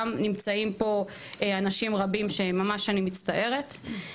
גם נמצאים בו אנשים רבים שאני ממש מצטערת לפניהם.